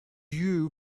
you